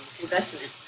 investment